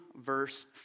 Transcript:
verse